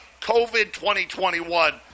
COVID-2021